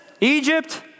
Egypt